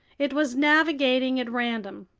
it was navigating at random.